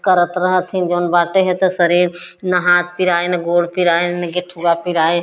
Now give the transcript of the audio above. करत रहत है जोन बाटे है तो शरीर ना हाथ पिराइन न गोर पिराइन गेठुआ पिराइन